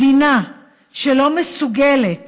מדינה שלא מסוגלת